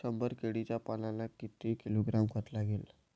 शंभर केळीच्या झाडांना किती किलोग्रॅम खत लागेल?